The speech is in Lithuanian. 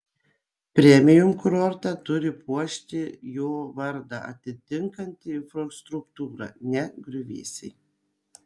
premium kurortą turi puošti jo vardą atitinkanti infrastruktūra ne griuvėsiai